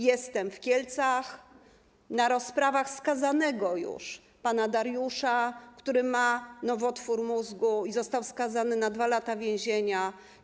Jestem w Kielcach na rozprawach skazanego już pana Dariusza, który ma nowotwór mózgu i został skazany na 2 lata więzienia.